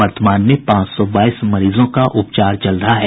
वर्तमान में पांच सौ बाईस मरीजों का उपचार चल रहा है